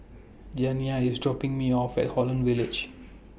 Janiah IS dropping Me off At Holland Village